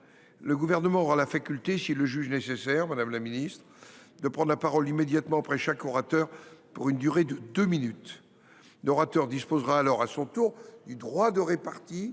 le Gouvernement aura la faculté, s’il le juge nécessaire, de prendre la parole immédiatement après chaque orateur, pour une durée de deux minutes ; l’orateur disposera alors à son tour du droit de répartie,